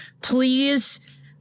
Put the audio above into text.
please